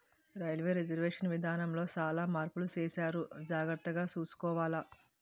railway reservation విధానములో సాలా మార్పులు సేసారు జాగర్తగ సూసుకోవాల